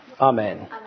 Amen